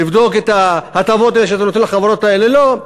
לבדוק את ההטבות שאתה נותן לחברות האלה,